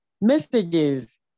messages